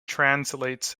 translates